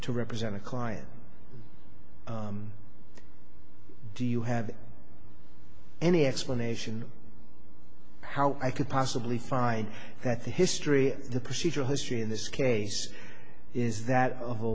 to represent a client do you have any explanation how i could possibly find that the history of the procedure history in this case is that of a